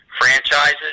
franchises